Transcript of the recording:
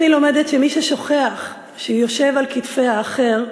אני לומדת שמי ששוכח שהוא יושב על כתפי האחר,